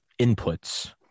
inputs